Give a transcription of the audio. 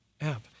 app